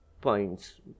points